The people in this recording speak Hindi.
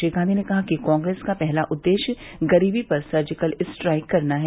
श्री गांधी ने कहा कि कांग्रेस का पहला उद्देश्य गरीबी पर सर्जिकल स्ट्राइक करना है